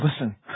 listen